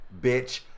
bitch